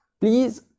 please